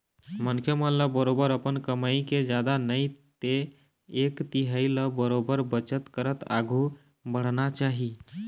मनखे मन ल बरोबर अपन कमई के जादा नई ते एक तिहाई ल बरोबर बचत करत आघु बढ़ना चाही